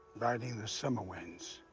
riding the summer winds.